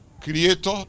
creator